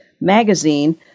magazine